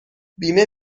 بیمه